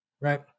right